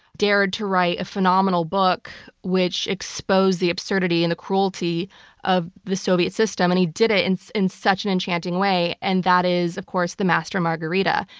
dared to write a phenomenal book which exposed the absurdity and the cruelty of the soviet system. and he did it in so in such an enchanting way and that is, of course, the master and margarita.